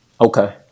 Okay